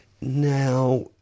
Now